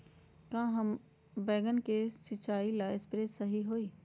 का बैगन के सिचाई ला सप्रे सही होई?